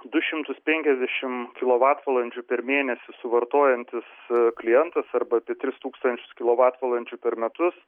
du šimtus penkiasdešimt kilovatvalandžių per mėnesį suvartojantis klientas arba apie tris tūkstančius kilovatvalandžių per metus